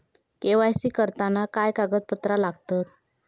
KYC करताना काय कागदपत्रा लागतत?